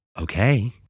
Okay